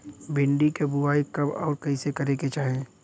भिंडी क बुआई कब अउर कइसे करे के चाही?